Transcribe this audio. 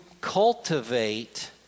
cultivate